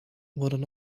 worden